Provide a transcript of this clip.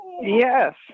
Yes